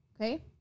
Okay